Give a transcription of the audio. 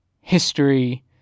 history